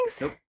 Nope